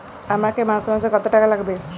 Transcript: আমাকে মাসে মাসে কত টাকা লাগবে?